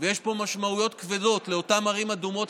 יש פה משמעויות כבדות לאותן ערים אדומות,